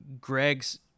Greg's